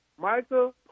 Michael